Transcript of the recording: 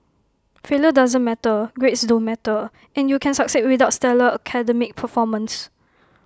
failure doesn't matter grades don't matter and you can succeed without stellar academic performance